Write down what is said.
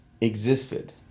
existed